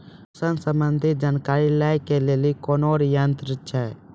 मौसम संबंधी जानकारी ले के लिए कोनोर यन्त्र छ?